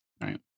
Right